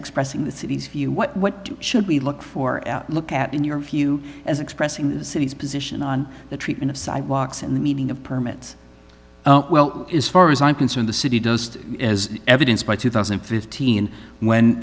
expressing the city's view what should we look for look at in your view as expressing the city's position on the treatment of sidewalks and the meaning of permits well as far as i'm concerned the city does as evidenced by two thousand and fifteen when